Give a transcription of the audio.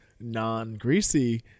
non-greasy